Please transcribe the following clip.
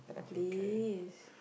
please